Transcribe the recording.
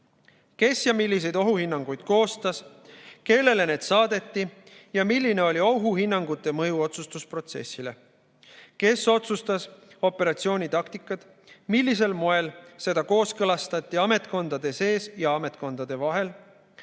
kes ja milliseid ohuhinnanguid koostas, kellele need saadeti ja milline oli ohuhinnangute mõju otsustusprotsessile; kes otsustas operatsiooni taktikad, millisel moel seda kooskõlastati ametkondade sees ja ametkondade vahel;